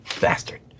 Bastard